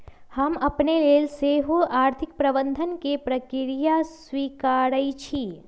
हम अपने लेल सेहो आर्थिक प्रबंधन के प्रक्रिया स्वीकारइ छी